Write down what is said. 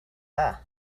dda